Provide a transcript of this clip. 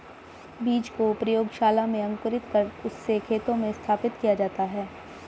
बीज को प्रयोगशाला में अंकुरित कर उससे खेतों में स्थापित किया जाता है